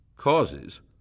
causes